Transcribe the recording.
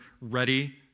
ready